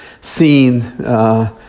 seen